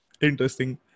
Interesting